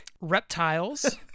reptiles